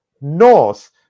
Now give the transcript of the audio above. north